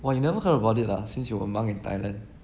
!wah! you never heard about it ah since you were a monk in thailand